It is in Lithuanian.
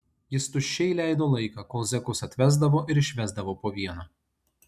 jis tuščiai leido laiką kol zekus atvesdavo ir išvesdavo po vieną